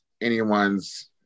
anyone's